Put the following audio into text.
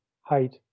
height